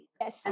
Yes